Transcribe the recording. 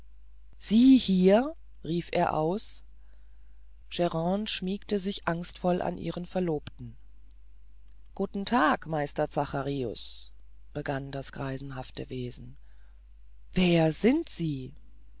sie hier rief er aus grande schmiegte sich angstvoll an ihren verlobten guten tag meister zacharius begann das greisenhafte wesen wer sind sie